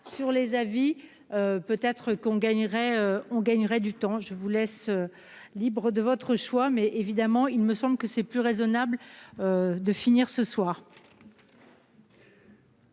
sur les avis peut être qu'on gagnerait on gagnerait du temps, je vous laisse libre de votre choix, mais évidemment il me semble que c'est plus raisonnable de finir ce soir.